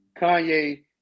Kanye